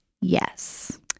Yes